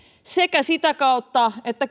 sekä sitä kautta että